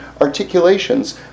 articulations